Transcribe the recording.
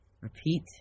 repeat